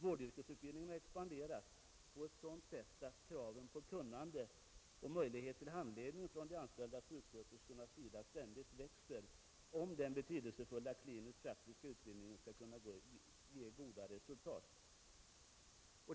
Vårdyrkesutbildningen har expanderat på ett sådant sätt att kraven på kunnande och möjlighet till handledning från de anställda sjuksköterskornas sida ständigt växer, därest den betydelsefulla klinisk-praktiska utbildningen skall ge goda resultat.